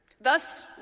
Thus